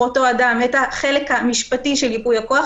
אותו אדם את החלק המשפטי של ייפוי הכוח,